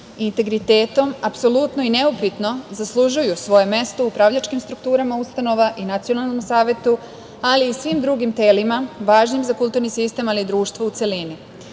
integritetom apsolutno i neupitno zaslužuju svoje mesto u upravljačkim strukturama ustava i Nacionalnom savetu, ali i svim drugim telima važnim za kulturni sistem, ali i društvo u celini. Sa